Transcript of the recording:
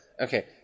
okay